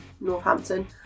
Northampton